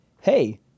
hey